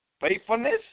faithfulness